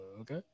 okay